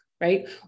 right